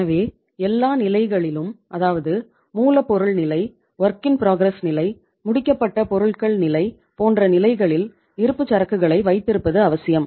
எனவே எல்லா நிலைகளிலும் அதாவது மூலப்பொருள் நிலை ஒர்க் இன் ப்ரொஃரெஸ் நிலை முடிக்கப்பட்ட பொருட்கள் நிலை போன்ற நிலைகளில் இருப்புச்சரக்குகளை வைத்திருப்பது அவசியம்